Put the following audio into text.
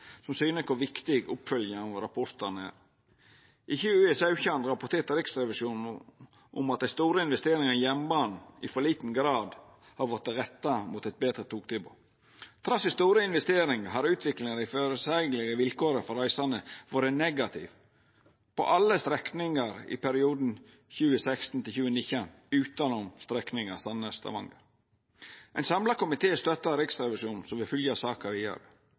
som syner kor viktig oppfølginga av rapportane er: I 2017 rapporterte Riksrevisjonen om at dei store investeringane i jernbanen i for liten grad har vorte retta mot eit betre togtilbod. Trass i store investeringar har utviklinga i føreseielege vilkår for reisande vore negativ på alle strekningar i perioden 2016–2019, utanom strekninga Sandnes–Stavanger. Ein samla komité støttar Riksrevisjonen, som vil følgja saka vidare.